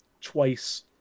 twice